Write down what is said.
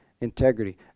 integrity